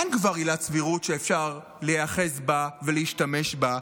אין כבר עילת סבירות שאפשר להיאחז בה ולהשתמש בה,